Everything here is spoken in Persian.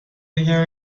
بگم